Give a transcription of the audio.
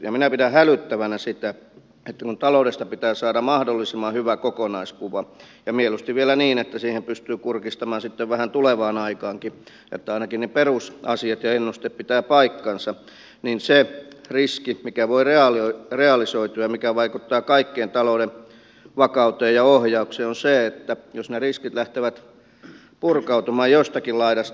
ja minä pidän hälyttävänä sitä että kun taloudesta pitää saada mahdollisimman hyvä kokonaiskuva ja mieluusti vielä niin että siinä pystyy kurkistamaan sitten vähän tulevaankin aikaan että ainakin ne perusasiat ja ennusteet pitävät paikkansa niin jos tätä ei ole se mikä voi realisoitua ja mikä vaikuttaa kaikkeen talouden vakauteen ja ohjaukseen on se että ne riskit lähtevät purkautumaan jostakin laidasta